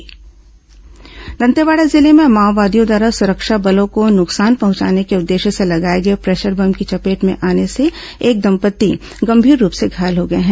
IED विस्फोट ग्रामीण मौत दंतेवाड़ा जिले में माओवादियों द्वारा सुरक्षा बलों को नुकसान पहुंचाने के उद्देश्य से लगाए गए प्रेशर बम की चपेट में आने से एक दंपत्ति गंभीर रूप से घायल हो गए हैं